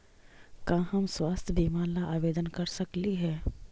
का हम स्वास्थ्य बीमा ला आवेदन कर सकली हे?